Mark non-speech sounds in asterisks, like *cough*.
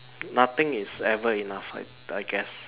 nothing is ever enough I I guess *laughs*